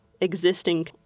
existing